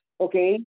Okay